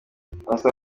anastase